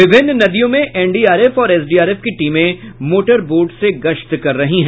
विभिन्न नदियों में एनडीआरएफ और एसडीआरएफ की टीमें मोटर बोट से गश्त कर रही हैं